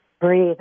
Breathe